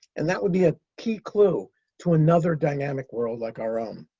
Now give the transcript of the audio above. and that would be a key clue to another dynamic world like our own.